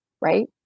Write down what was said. right